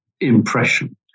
impression